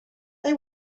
they